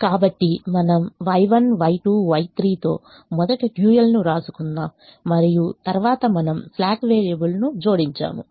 కాబట్టి మనము Y1Y2Y3 తో మొదట డ్యూయల్ను వ్రాసుకుందాం మరియు తరువాత మనము స్లాక్ వేరియబుల్ను జోడించాము